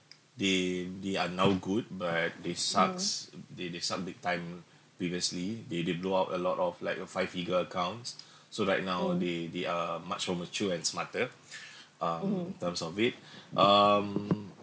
they they are now good but they sucks they they sucked big time lah previously they they blow out a lot of like a five figure accounts so right now they they are much more mature and smarter um in terms of it um